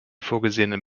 vorgesehenen